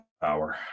power